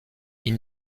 ils